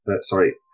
sorry